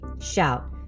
shout